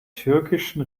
türkischen